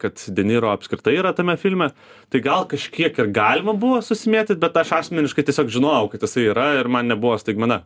kad deniro apskritai yra tame filme tai gal kažkiek ir galima buvo susimėtyt bet aš asmeniškai tiesiog žinojau kad jisai yra ir man nebuvo staigmena